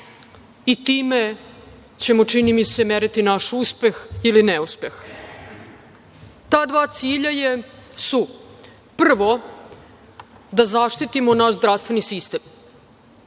i time ćemo, čini mi se, meriti naš uspeh ili neuspeh. Ta dva cilja su: prvo, da zaštitimo naš zdravstveni sistem,